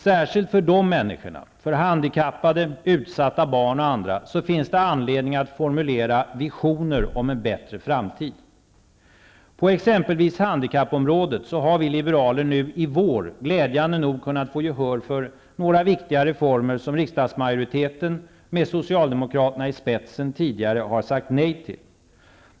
Särskilt för de människorna, för handikappade, utsatta barn och andra, finns det anledning att formulera visioner om en bättre framtid. På exempelvis handikappområdet har vi liberaler nu i vår glädjande nog kunnat få gehör för några viktiga reformer som rikdsdagsmajoriteten, med Socialdemokraterna i spetsen, tidigare har sagt nej till.